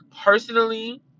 personally